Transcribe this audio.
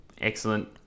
Excellent